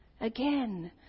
Again